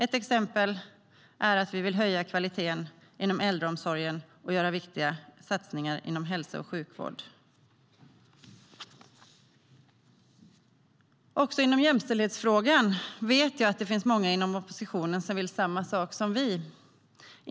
Ett exempel är att vi vill höja kvaliteten i äldreomsorgen och göra viktiga satsningar inom hälso och sjukvård. Också när det gäller jämställdhetsfrågan vet jag att det finns många inom oppositionen som vill samma sak som vi.